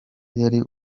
yari